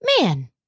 Man